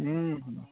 हूँ हूँ